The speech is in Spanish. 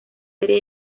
serie